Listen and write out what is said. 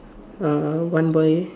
uh one boy